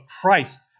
Christ